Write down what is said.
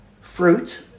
fruit